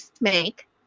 make